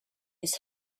his